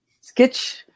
sketch